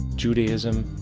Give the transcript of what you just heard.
judaism,